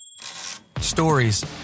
Stories